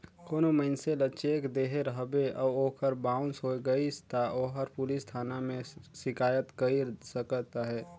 कोनो मइनसे ल चेक देहे रहबे अउ ओहर बाउंस होए गइस ता ओहर पुलिस थाना में सिकाइत कइर सकत अहे